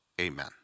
amen